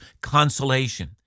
consolation